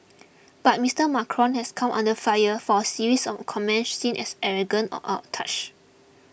but Mister Macron has come under fire for series of comments seen as arrogant or out of touch